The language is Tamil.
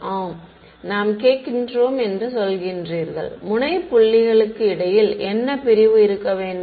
ஆம் நாம் கேட்கின்றோம் என்று சொல்கிறீர்கள் முனை புள்ளிகளுக்கு இடையில் என்ன பிரிவு இருக்க வேண்டும்